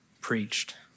preached